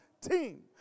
team